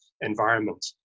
environment